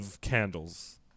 candles